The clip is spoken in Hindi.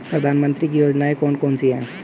प्रधानमंत्री की योजनाएं कौन कौन सी हैं?